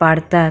पाडतात